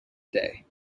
day